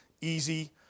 easy